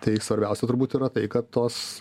tai svarbiausia turbūt yra tai kad tos